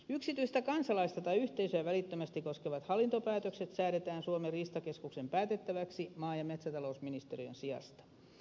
yksityistä kansalaista tai yhteisöä välittömästi koskevat hallintopäätökset säädetään suomen riistakeskuksen päätettäväksi maa ja metsätalousministeriön sijasta